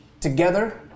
Together